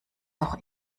doch